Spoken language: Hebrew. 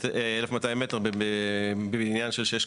זה נישה של הנישה.